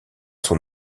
son